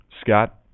Scott